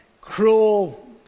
cruel